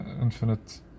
infinite